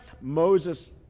Moses